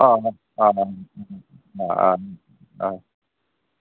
ആ ആ ആ ആ ഉം ഉം ആ ആ ആ